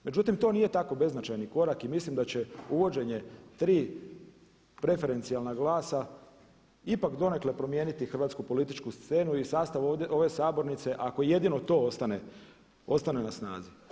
Međutim to nije tako beznačajni korak i mislim da će uvođenje tri preferencijalna glasa ipak donekle promijeniti hrvatsku političku scenu i sastav ove sabornice, ako jedino to ostane na snazi.